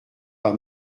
pas